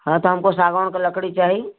हाँ तो हमको सागवन का लकड़ी चाहिए